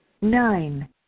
nine